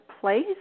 place